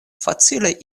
facile